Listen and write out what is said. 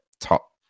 top